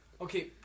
Okay